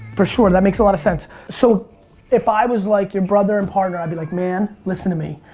for sure, that makes a lot of sense. so if i was like your brother and partner, i'd be like, man, listen to me,